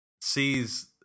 sees